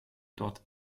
dort